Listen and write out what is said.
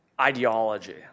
ideology